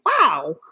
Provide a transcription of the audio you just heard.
wow